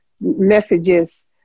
messages